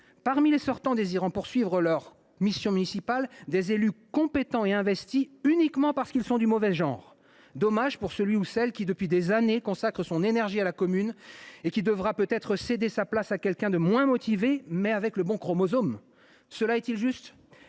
parmi les sortants désirant poursuivre leur mission municipale, des élus compétents et investis uniquement parce qu’ils sont du mauvais genre. Dommage pour celui ou celle qui, depuis des années, consacre son énergie à la commune et qui devra peut être céder sa place à quelqu’un de moins motivé, mais avec le bon chromosome. Cela est il juste ?